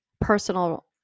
personal